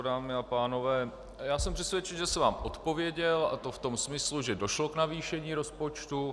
Dámy a pánové, já jsem přesvědčený, že jsem vám odpověděl, a to v tom smyslu, že došlo k navýšení rozpočtu.